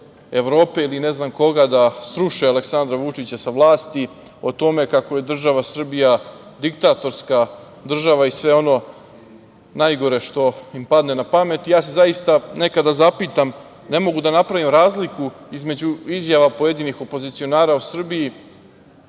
Evrope ili ne znam koga, da sruše Aleksandra Vučića sa vlasti, o tome kako je država Srbija diktatorska država i sve ono najgore što im padne na pamet. Ja se zaista nekada zapitam, ne mogu da napravim razliku između izjava pojedinih opozicionara u Srbiji